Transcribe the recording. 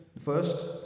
First